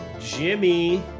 Jimmy